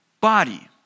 body